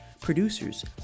Producers